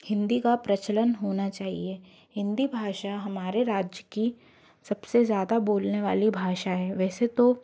हिंदी का प्रचलन होना चाहिए हिंदी भाषा हमारे राज्य की सब से ज़्यादा बोलने वाली भाषा है वैसे तो